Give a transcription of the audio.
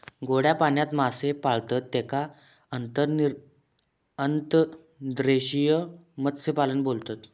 गोड्या पाण्यात मासे पाळतत तेका अंतर्देशीय मत्स्यपालन बोलतत